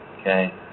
okay